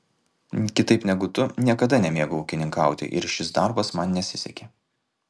kitaip negu tu niekada nemėgau ūkininkauti ir šis darbas man nesisekė